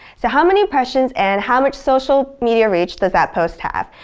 so how many impressions and how much social media reach does that post have?